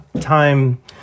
time